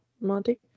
Monty